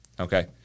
Okay